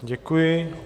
Děkuji.